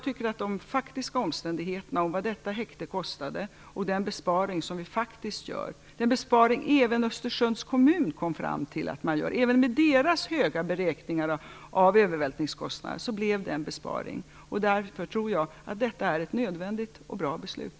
Trots de faktiska omständigheterna beträffande vad detta häkte kostade och den besparing som vi faktiskt gör - och den besparing som även Östersunds kommun kom fram till att man gör, även med deras höga beräkningar av övervältringskostnaderna - blev det en besparing. Därför tror jag att detta är ett nödvändigt och bra beslut.